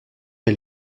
est